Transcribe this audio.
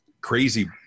crazy